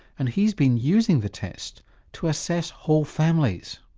and he's been using the test to assess whole families.